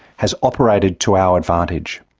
has operated to our advantage.